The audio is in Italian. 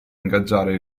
ingaggiare